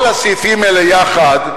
כל הסעיפים האלה יחד,